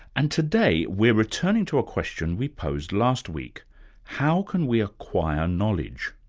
and today, we're returning to a question we posed last week how can we acquire knowledge?